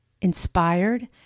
inspired